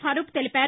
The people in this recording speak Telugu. ఫరూక్ తెలిపారు